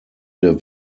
der